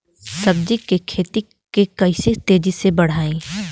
सब्जी के खेती के कइसे तेजी से बढ़ाई?